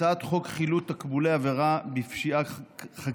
הצעת חוק חילוט תקבולי עבירה בפשיעה חקלאית,